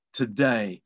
today